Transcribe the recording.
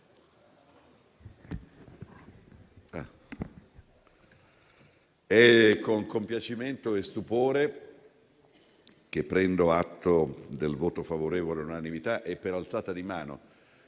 è con compiacimento e stupore che prendo atto del voto favorevole all'unanimità e per alzata di mano,